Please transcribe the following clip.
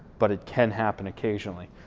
but it can happen occasionally.